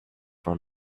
for